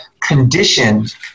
conditioned